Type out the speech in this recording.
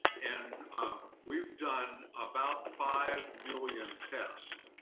and we've done about five million tests,